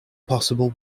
possible